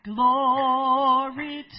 Glory